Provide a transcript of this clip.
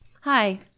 Hi